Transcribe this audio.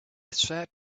sat